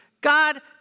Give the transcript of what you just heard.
God